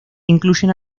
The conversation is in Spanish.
incluyen